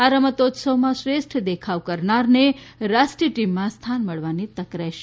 આ રમતોત્સવમાં શ્રેષ્ઠ દેખાવ કરનારને રાષ્ટ્રીય ટીમમાં સ્થાન મળવાની તક રહેશે